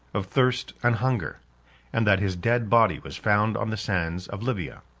of thirst and hunger and that his dead body was found on the sands of libya.